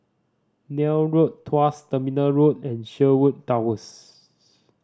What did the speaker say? Neil Road Tuas Terminal Road and Sherwood Towers